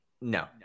no